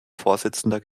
vorsitzender